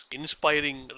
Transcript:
inspiring